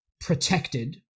protected